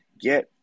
Get